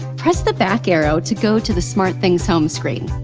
press the back arrow to go to the smartthings home screen.